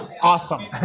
awesome